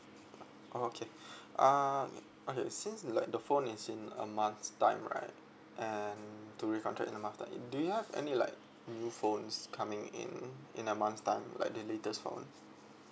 oh okay uh okay since like the phone is in a month's time right and to re-contract in a month's time do you have any like new phones coming in in a month's time like the latest phone